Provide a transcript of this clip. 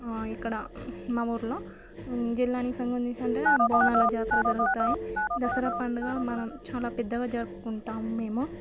ఆ ఇక్కడ మాఊర్లో జిల్లానికి సంబంధించిన అంటే బోనాల జాతర జరుగుతాయి దసరా పండుగ మనం చాలా పెద్దగా జరుపుకుంటాము మేము